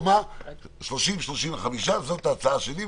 35-30 זאת ההצעה שלי,